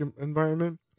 environment